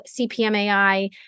CPMAI